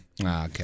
Okay